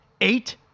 eight